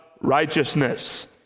righteousness